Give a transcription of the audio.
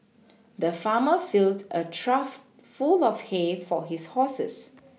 the farmer filled a trough full of hay for his horses